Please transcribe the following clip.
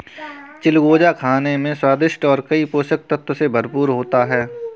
चिलगोजा खाने में स्वादिष्ट और कई पोषक तत्व से भरपूर होता है